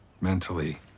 mentally